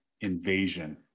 invasion